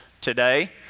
today